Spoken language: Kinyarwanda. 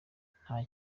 nta